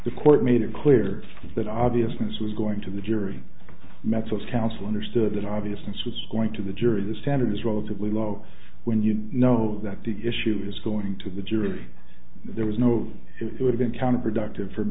the court made it clear that obviousness was going to the jury mets of counsel understood that obviousness was going to the jury the standard is relatively low when you know that the issue is going to the jury there was no it would have been counterproductive for